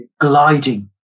gliding